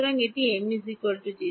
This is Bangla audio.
সুতরাং এটি m 0